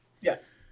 Yes